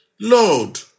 Lord